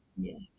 yes